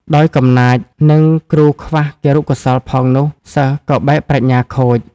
ដោយកំណាច និងគ្រូខ្វះគរុកោសល្យផងនោះ សិស្សក៏បែកប្រាជ្ញាខូច ។